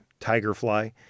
Tigerfly